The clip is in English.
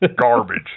Garbage